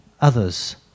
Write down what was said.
others